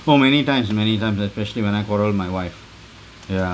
for many times many times especially when I quarrel with my wife ya